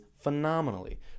phenomenally